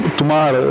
tomar